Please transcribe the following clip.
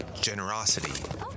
generosity